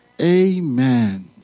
Amen